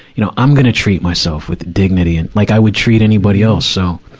you know, i'm gonna treat myself with dignity and, like i would treat anybody else. so,